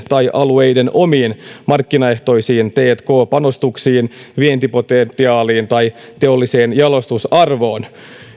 tai alueiden omiin markkinaehtoisiin tk panostuksiin vientipotentiaaliin tai teolliseen jalostusarvoon